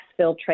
exfiltrate